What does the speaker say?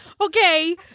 Okay